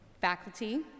faculty